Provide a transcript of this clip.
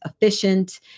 efficient